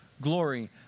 Glory